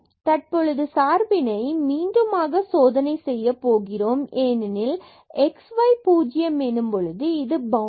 தற்பொழுது சார்பினை மீண்டுமாக சோதனை செய்யப் போகிறோம் ஏனெனில் x y 0 எனும் பொழுது இது பவுண்டட்